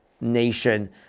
nation